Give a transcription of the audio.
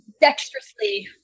dexterously